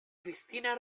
christina